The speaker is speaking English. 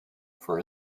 for